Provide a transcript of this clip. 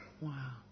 Wow